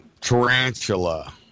Tarantula